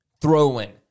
throwing